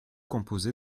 composé